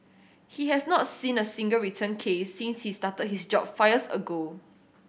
he has not seen a single return case since he started his job fires ago